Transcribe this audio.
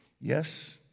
Yes